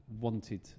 wanted